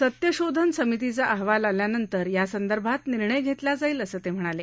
सत्यशोधन समितीचा अहवाल आल्यानंतर यासंदर्भात निर्णय घेतला जाईल असं ते म्हणाले